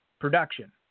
Production